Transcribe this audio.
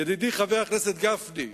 ידידי חבר הכנסת גפני,